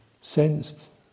sensed